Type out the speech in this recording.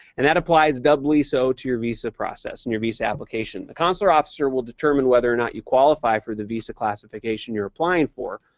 and that applies doubly so to your visa process and your visa application. the consular officer will determine whether or not you qualify for the visa classification you're applying for,